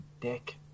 dick